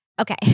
okay